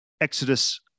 Exodus